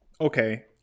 Okay